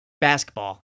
basketball